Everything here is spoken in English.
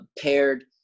paired